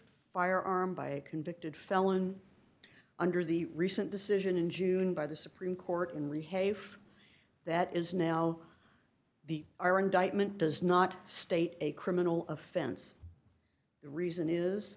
firearm by a convicted felon under the recent decision in june by the supreme court in the hafe that is now the our indictment does not state a criminal offense the reason is